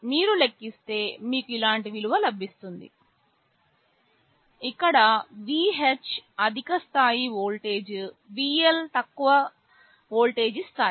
మీరు లెక్కిస్తే మీకు ఇలాంటి విలువ లభిస్తుంది ఇక్కడ VH అధిక స్థాయి వోల్టేజ్ VL తక్కువ వోల్టేజ్ స్థాయి